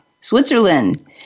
Switzerland